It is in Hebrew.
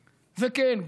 וכן,